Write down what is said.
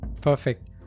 Perfect